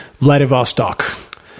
Vladivostok